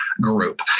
group